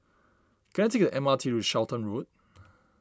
can I take the M R T to Charlton Road